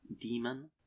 demon